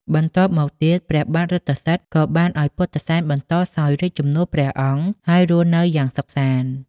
បន្ទាប់មកទៀតព្រះបាទរថសិទ្ធិក៏បានឲ្យពុទ្ធិសែនបន្តសោយរាជ្យជំនួសព្រះអង្គ ហើយរស់នៅយ៉ាងសុខសាន្ត។